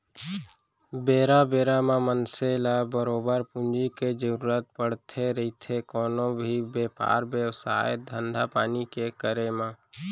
बेरा बेरा म मनसे ल बरोबर पूंजी के जरुरत पड़थे रहिथे कोनो भी बेपार बेवसाय, धंधापानी के करे म